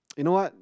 you know what